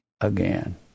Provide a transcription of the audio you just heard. Again